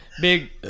big